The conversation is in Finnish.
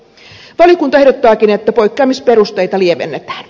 valiokunta ehdottaakin että poikkeamisperusteita lievennetään